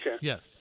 Yes